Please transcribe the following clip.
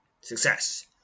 Success